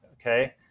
Okay